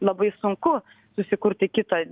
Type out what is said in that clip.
labai sunku susikurti kitą